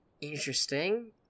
Interesting